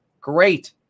Great